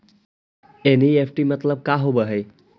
NEFT मतलब का होब हई?